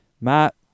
Matt